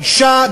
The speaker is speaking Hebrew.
אישה,